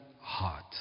heart